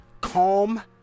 calm